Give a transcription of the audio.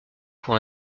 pour